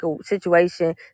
situation